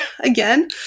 again